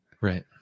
Right